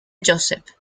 joseph